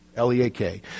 L-E-A-K